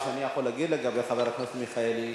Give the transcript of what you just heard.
מה שאני יכול להגיד לגבי חבר הכנסת מיכאלי,